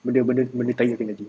benda-benda benda tahi akan jadi